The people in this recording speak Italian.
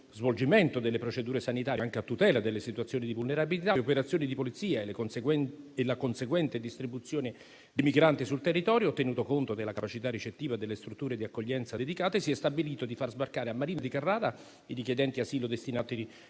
svolgimento delle procedure sanitarie, anche a tutela delle situazioni di vulnerabilità, le operazioni di polizia e la conseguente distribuzione dei migranti sul territorio, tenuto conto della capacità ricettiva delle strutture di accoglienza dedicate, si è stabilito di far sbarcare a Marina di Carrara i richiedenti asilo destinati ai